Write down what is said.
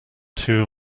too